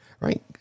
right